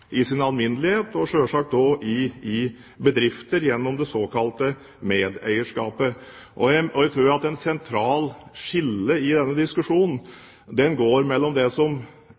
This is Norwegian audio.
påvirke sin hverdag i sin alminnelighet og selvsagt også i bedrifter gjennom det såkalte medeierskapet. Jeg tror at et sentralt skille i denne diskusjonen går mellom virkelig innflytelse over bedriftens virksomhet og om en skal satse på det